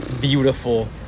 beautiful